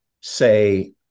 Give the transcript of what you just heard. say